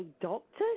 doctor